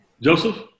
Joseph